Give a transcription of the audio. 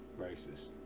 racist